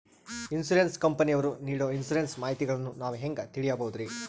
Insurance ಕಂಪನಿಯವರು ನೇಡೊ insurance ಮಾಹಿತಿಗಳನ್ನು ನಾವು ಹೆಂಗ ತಿಳಿಬಹುದ್ರಿ?